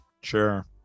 Sure